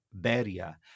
Beria